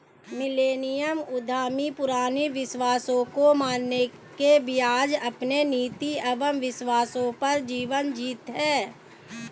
millennial उद्यमी पुराने विश्वासों को मानने के बजाय अपने नीति एंव विश्वासों पर जीवन जीते हैं